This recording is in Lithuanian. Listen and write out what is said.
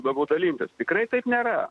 daugiau dalintis tikrai taip nėra